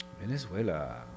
Venezuela